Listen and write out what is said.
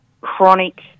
chronic